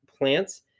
plants